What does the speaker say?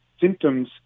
symptoms